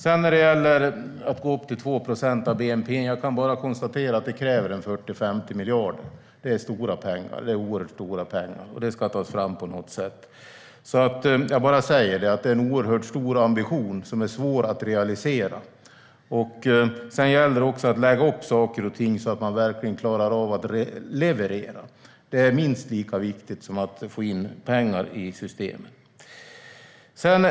I fråga om att gå upp till 2 procent av bnp kan jag bara konstatera att det kräver 40-50 miljarder. Det är oerhört mycket pengar, och de måste tas fram på något sätt. Jag bara säger att det är en oerhört stor ambition som är svår att realisera. Sedan gäller det också att lägga upp saker och ting så att man verkligen klarar av att leverera - det är minst lika viktigt som att få in pengar i systemet.